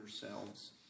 yourselves